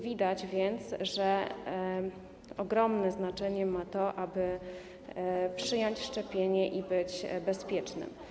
Widać więc, że ogromne znaczenie ma to, aby przyjąć szczepienie i być bezpiecznym.